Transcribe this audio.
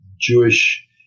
Jewish